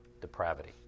depravity